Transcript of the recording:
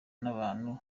n’abantu